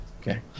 Okay